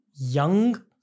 young